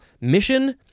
mission